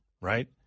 right